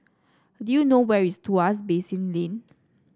do you know where is Tuas Basin Lane